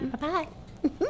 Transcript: Bye-bye